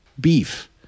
beef